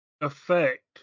affect